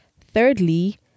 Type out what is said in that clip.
Thirdly